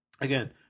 again